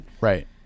Right